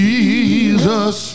Jesus